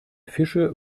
fische